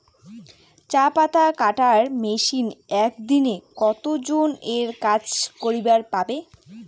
চা পাতা কাটার মেশিন এক দিনে কতজন এর কাজ করিবার পারে?